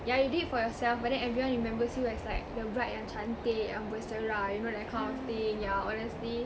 yeah you did for yourself but then everyone remembers you as like the bride yang cantik yang berseri you know that kind of thing yeah honestly